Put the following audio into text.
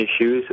issues